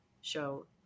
show